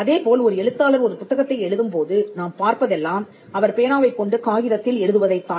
அதே போல் ஒரு எழுத்தாளர் ஒரு புத்தகத்தை எழுதும்போது நாம் பார்ப்பதெல்லாம் அவர் பேனாவைக் கொண்டு காகிதத்தில் எழுதுவதைத் தான்